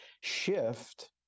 shift